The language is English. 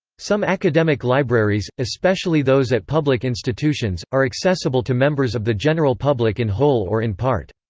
some academic libraries, especially those at public institutions, are accessible to members of the general public in whole or in part.